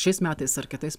šiais metais ar kitais